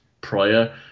prior